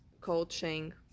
coaching